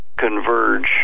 converge